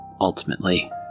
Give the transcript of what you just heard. ultimately